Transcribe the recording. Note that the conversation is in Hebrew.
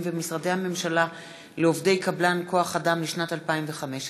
ומשרדי הממשלה לעובדי קבלן כוח-אדם לשנת 2015,